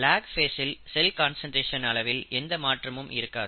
லேக் ஃபேஸ்சில் cell concentration அளவில் எந்த மாற்றமும் இருக்காது